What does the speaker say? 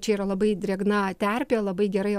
čia yra labai drėgna terpė labai gerai